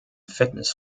fitness